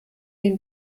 den